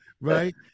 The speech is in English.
right